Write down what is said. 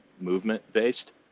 movement-based